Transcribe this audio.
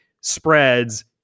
spreads